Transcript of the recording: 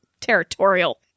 territorial